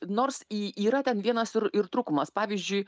nors į yra ten vienas ir ir trūkumas pavyzdžiui